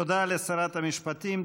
תודה לשרת המשפטים.